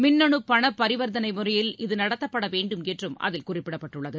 மின்னனு பண பரிவர்த்தனை முறையில் இது நடத்தப்பட வேண்டும் என்றும் அதில் குறிப்பிடப்பட்டுள்ளது